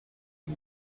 you